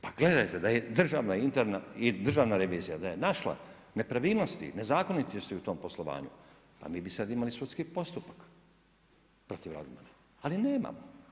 Pa gledajte da je državna interna, državna revizija da je našla nepravilnosti, nezakonitosti u tom poslovanju pa mi bi sada imali sudski postupak protiv Radmana, ali nemamo.